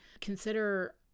consider